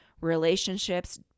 relationships